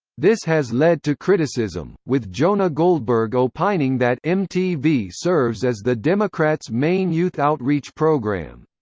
this has led to criticism, with jonah goldberg opining that mtv serves as the democrats' main youth outreach program.